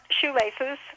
shoelaces